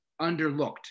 underlooked